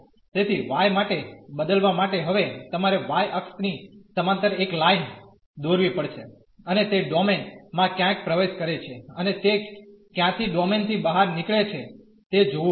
તેથી y માટે બદલવા માટે હવે તમારે y અક્ષની સમાંતર એક લાઇન દોરવી પડશે અને તે ડોમેન માં ક્યાં પ્રવેશ કરે છે અને તે ક્યાંથી ડોમેન થી બહાર નીકળે છે તે જોવું પડશે